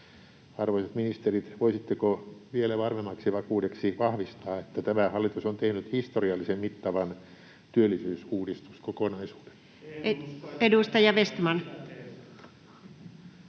Arvoisat ministerit, voisitteko vielä varmemmaksi vakuudeksi vahvistaa, että tämä hallitus on tehnyt historiallisen mittavan työllisyysuudistuskokonaisuuden? [Speech